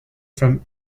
from